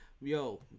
yo